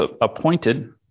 appointed